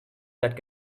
that